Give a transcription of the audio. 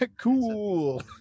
Cool